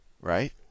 right